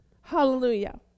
Hallelujah